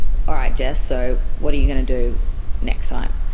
all right jess, so what are you going to do next time?